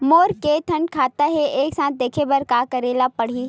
मोर के थन खाता हे एक साथ देखे बार का करेला पढ़ही?